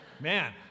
man